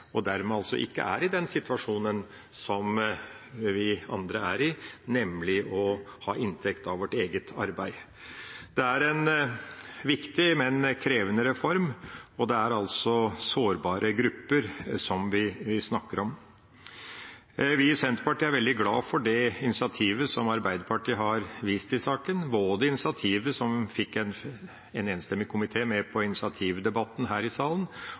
og dermed altså ikke er i den situasjonen som vi andre er i, nemlig at vi har inntekt av vårt eget arbeid. Det er en viktig, men krevende reform, og det er sårbare grupper vi snakker om. Vi i Senterpartiet er veldig glad for det initiativet som Arbeiderpartiet har vist i saken, både initiativet som fikk en enstemmig komité med på initiativdebatten her i salen,